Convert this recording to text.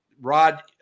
Rod